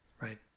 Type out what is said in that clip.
Right